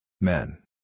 Men